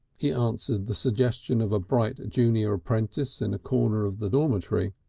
he answered the suggestion of a bright junior apprentice in a corner of the dormitory.